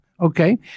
okay